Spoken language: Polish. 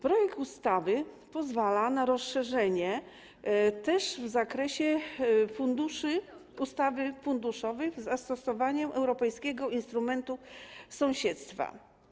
Projekt ustawy pozwala na rozszerzenie też w zakresie funduszy ustawy funduszowej z zastosowaniem Europejskiego Instrumentu Sąsiedztwa.